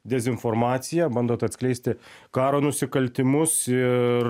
dezinformacija bandot atskleisti karo nusikaltimus ir